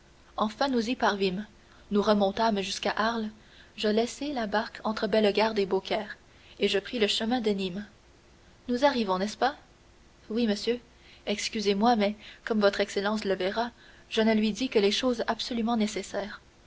enfin nous y parvînmes nous remontâmes jusqu'à arles je laissai la barque entre bellegarde et beaucaire et je pris le chemin de nîmes nous arrivons n'est-ce pas oui monsieur excusez-moi mais comme votre excellence le verra je ne lui dis que les choses absolument nécessaires